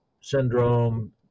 syndrome